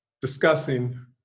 discussing